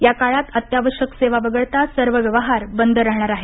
या काळात अत्यावश्यक सेवा वगळता सर्व व्यवहार बंद राहणार आहे